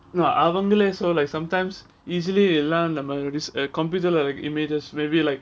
no அவங்களே:avangale so like sometimes easily எல்லாம் அந்த மாதிரி:ellam andha madhiri computer like images maybe like